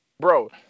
Bro